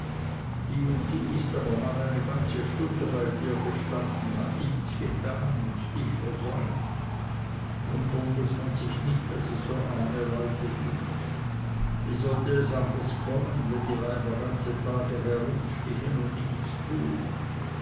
die ist abermal eine ganze stunde bei dir gestanden hat nichts getan und dich versäumt wundern muß man sich nicht daß es so arme leute gibt wie sollte es anders kommen wenn die weiber ganze tage herumstehn und nichts tun